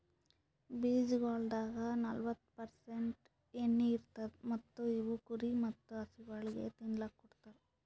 ಬೀಜಗೊಳ್ದಾಗ್ ನಲ್ವತ್ತು ಪರ್ಸೆಂಟ್ ಎಣ್ಣಿ ಇರತ್ತುದ್ ಮತ್ತ ಇವು ಕುರಿ ಮತ್ತ ಹಸುಗೊಳಿಗ್ ತಿನ್ನಲುಕ್ ಕೊಡ್ತಾರ್